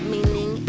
Meaning